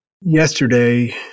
Yesterday